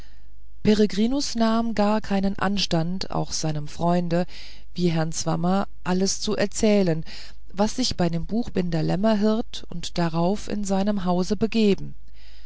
nahm gar keinen anstand auch seinem freunde wie herrn swammer alles zu erzählen was sich bei dem buchbinder lämmerhirt und darauf in seinem hause begeben